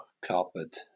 carpet